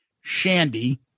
Shandy